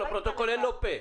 לפרוטוקול אין פה.